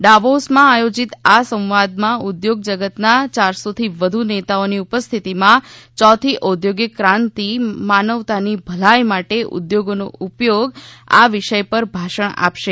ડાવોસમાં આયોજીત આ સંવાદમાં ઉદ્યોગ જગતના ચારસોથી વધુ નેતાઓની ઉપસ્થિતિમાં યોથી ઔદ્યોગિક કાંતિ માનવતાની ભલાઇ માટે ઉદ્યોગોનો ઉપયોગ આ વિષય પર ભાષણ આપશે